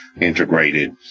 integrated